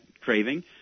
craving